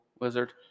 wizard